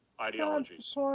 ideologies